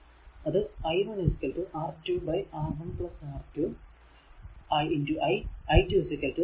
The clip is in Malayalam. അത് i1 R2 R1 R2 i i2 R1 R1 R 2 i